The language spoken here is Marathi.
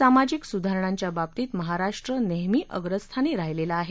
सामाजिक सुधारणांच्या बाबतीत महाराष्ट्र नेहमी अग्रस्थानी राहिलेला आहे